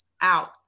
out